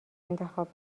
انتخاب